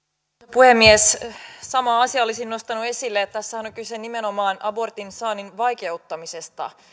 puhemies saman asian olisin nostanut esille että tässähän on kyse nimenomaan abortin saannin vaikeuttamisesta